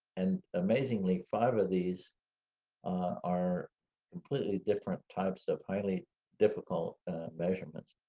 and amazingly, five of these are completely different types of highly difficult measurements.